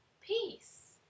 Peace